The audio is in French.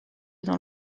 dans